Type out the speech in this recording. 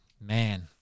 Man